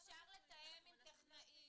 אפשר לתאם עם טכנאי,